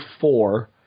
four